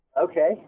okay